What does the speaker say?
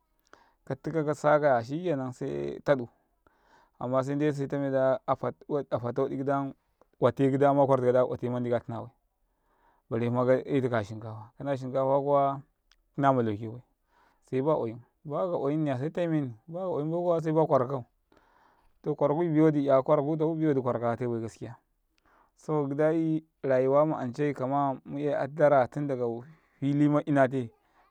katika kasakaya shikenan se ta ɗ u amma se n ɗ etu setame ɗ a afata wa ɗ i se tame ɗ a afata wa ɗ i ote gida ;yam ɗ a kwar tika ka otai man ɗ i ka tina bai bare ka otia man ɗ i ka tina bai bare huma ka etu kata shinkafai kana shin kafa kuwa tina malauke bai se ba oyam baka'oyumniya se talmeni baka oyum baikuwa se ba kwarakukau to kwarakui bi wa ɗ i 'yaka kwaraku tau biwa ɗ di kwaraka kate bai saboka gida i rayuwama ancai kama mu'yai hattara tindakafilima inate.